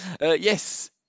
Yes